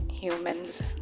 humans